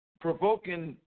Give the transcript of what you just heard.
provoking